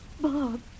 Bob